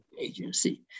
agency